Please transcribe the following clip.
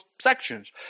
sections